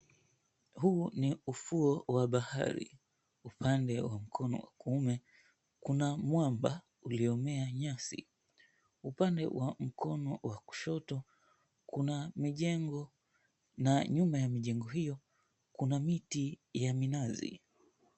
Huu ni ufuo wa bahari upande wa mkono wa kuume kuna mwamba uliyomea nyasi, upande wa mkono wa kushoto kuna mijengo na nyuma ya mijengo hiyo kuna miti ya minazi.